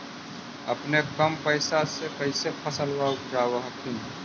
अपने कम पैसा से कैसे फसलबा उपजाब हखिन?